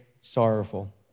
sorrowful